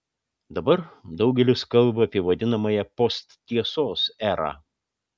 dabar daugelis kalba apie vadinamąją posttiesos erą